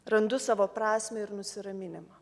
randu savo prasmę ir nusiraminimą